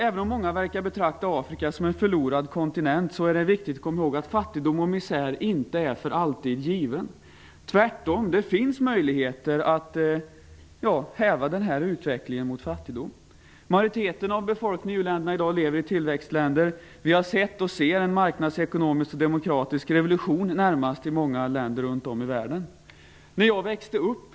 Även om många verkar att betrakta Afrika som en förlorad kontinent är det viktigt att komma ihåg att fattigdom och misär inte är för alltid given. Tvärtom, det finns möjligheter att häva utvecklingen mot fattigdom. Majoriteten av befolkningen i u-länderna lever i dag i tillväxtländer. Vi har sett och ser en närmast marknadsekonomisk och demokratisk revolution i många länder runt om i världen. Herr talman!